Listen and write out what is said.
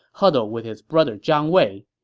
huddled with his brother zhang wei.